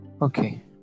okay